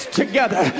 together